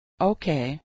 Okay